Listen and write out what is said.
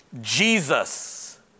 Jesus